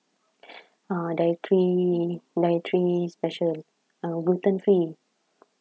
uh dietary dietary special uh gluten free